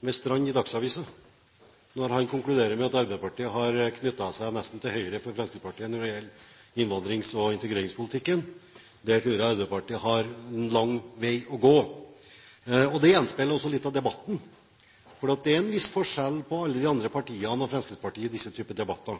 med Strand i Dagsavisen når han konkluderer med at Arbeiderpartiet har knyttet seg nesten til høyre for Fremskrittspartiet når det gjelder innvandrings- og integreringspolitikken. Der tror jeg Arbeiderpartiet har en lang vei å gå. Det gjenspeiler også litt av debatten. For det er en viss forskjell på alle de andre partiene og Fremskrittspartiet i disse typer debatter.